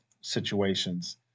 situations